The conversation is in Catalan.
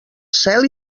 cel